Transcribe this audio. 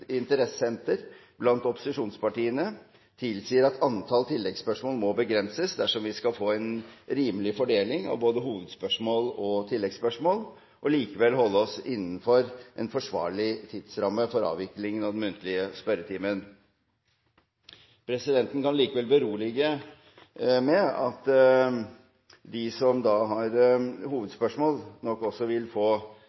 blant opposisjonspartiene tilsier at antallet oppfølgingsspørsmål må begrenses dersom vi skal få til en rimelig fordeling av både hovedspørsmål og oppfølgingsspørsmål og likevel holde oss innenfor en forsvarlig tidsramme for avvikling av den muntlige spørretimen. Presidenten kan likevel berolige med – siden partiene nok har